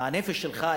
הנפש שלך,